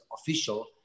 official